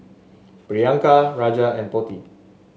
Priyanka Raja and Potti